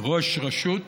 ראש רשות